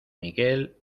miguel